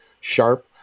sharp